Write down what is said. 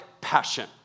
passion